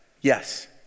Yes